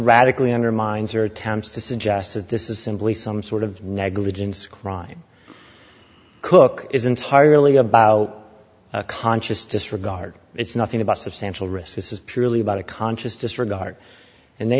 radically undermines or attempts to suggest that this is simply some sort of negligence crime cooke is entirely about conscious disregard it's nothing about substantial risk this is purely about a conscious disregard and they